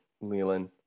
Leland